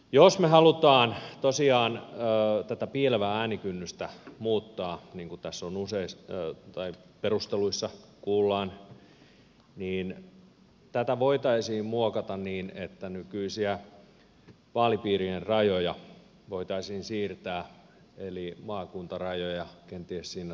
jos me haluamme tosiaan tätä piilevää äänikynnystä muuttaa niin kuin perusteluissa kuullaan niin tätä voitaisiin muokata niin että nykyisiä vaalipiirien rajoja voitaisiin siirtää eli maakuntarajoja kenties siinä samassa